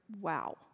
wow